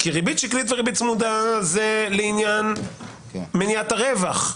כי ריבית שקלית וריבית צמודה זה לעניין מניעת הרווח.